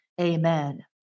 amen